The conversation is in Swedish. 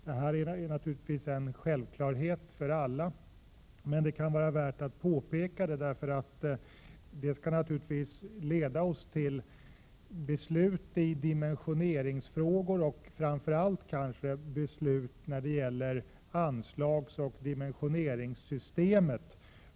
Detta kan låta som en självklarhet, men det kan vara värt att påpeka därför att det bör påverka våra beslut i dimensioneringsfrågor och framför allt när det gäller anslagsoch dimensioneringssystemet.